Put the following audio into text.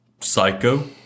Psycho